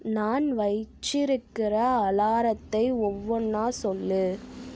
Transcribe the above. நான் வச்சுருக்குற அலாரத்தை ஒவ்வொன்னா சொல்